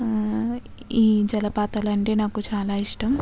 ఈ జలపాతాలంటే నాకు చాలా ఇష్టం